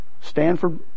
Stanford